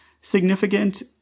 significant